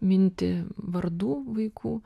mintį vardų vaikų